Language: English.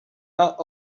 not